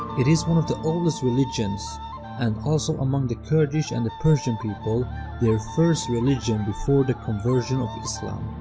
it is one of the oldest religions and also among the kurdish and the persian people their first religion before the conversion of islam